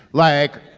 like,